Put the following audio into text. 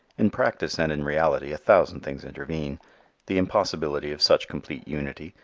in practice and in reality a thousand things intervene the impossibility of such complete unity,